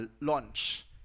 launch